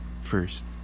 first